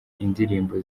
indirimbo